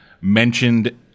mentioned